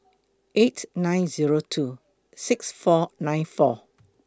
eight nine Zero two six four nine four